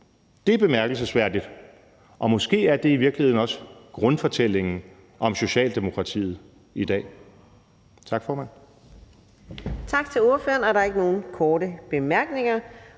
Det er bemærkelsesværdigt, og måske er det i virkeligheden også grundfortællingen om Socialdemokratiet i dag. Tak, formand.